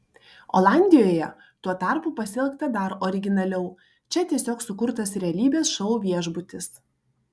olandijoje tuo tarpu pasielgta dar originaliau čia tiesiog sukurtas realybės šou viešbutis